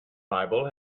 bible